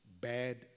bad